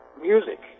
music